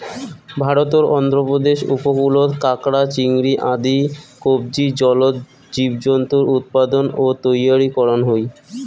ভারতর অন্ধ্রপ্রদেশ উপকূলত কাকড়া, চিংড়ি আদি কবচী জলজ জীবজন্তুর উৎপাদন ও তৈয়ারী করন হই